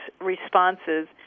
responses